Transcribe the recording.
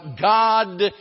God